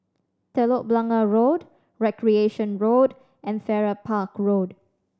Telok Blangah Road Recreation Road and Farrer Park Road